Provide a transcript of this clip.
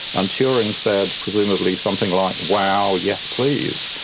and turing said presumably something like, wow, yes please.